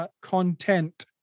content